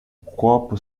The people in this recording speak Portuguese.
copo